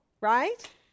Right